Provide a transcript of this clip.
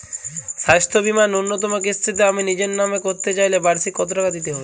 স্বাস্থ্য বীমার ন্যুনতম কিস্তিতে আমি নিজের নামে করতে চাইলে বার্ষিক কত টাকা দিতে হবে?